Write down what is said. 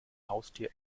haustier